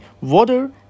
water